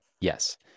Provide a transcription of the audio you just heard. Yes